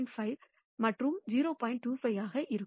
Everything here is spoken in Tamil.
25 ஆக இருக்கும்